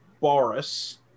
Boris